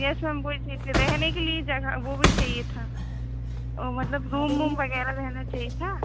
yes ma'am वही चाहिए थी रहने के लिए जगह वो भी चाहिए था वो मतलब रूम वूम वगैरह रहना चाहिए था